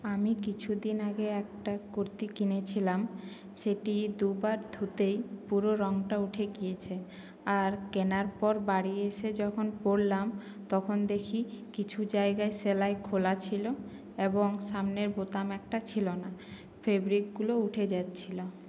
আমি কিছুদিন আগে একটা কুর্তি কিনেছিলাম সেটি দুবার ধুতেই পুরো রঙটা উঠে গিয়েছে আর কেনার পর বাড়ি এসে যখন পড়লাম তখন দেখি কিছু জায়গায় সেলাই খোলা ছিল এবং সামনের বোতাম একটা ছিলো না ফেব্রিকগুলো উঠে যাচ্ছিল